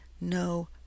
no